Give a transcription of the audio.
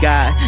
God